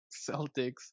Celtics